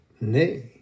nay